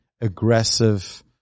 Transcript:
aggressive